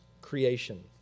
creation